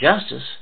justice